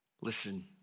listen